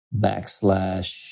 backslash